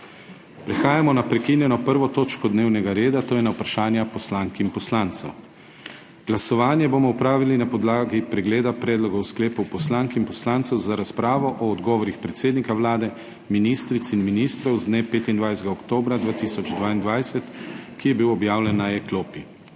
Prehajamo naprekinjeno 1. točko dnevnega reda, to je na Vprašanja poslank in poslancev. Glasovanje bomo opravili na podlagi pregleda predlogov sklepov poslank in poslancev za razpravo o odgovorih predsednika Vlade, ministric in ministrov z dne 25. oktobra 2022, ki je bil objavljen na e-klopi.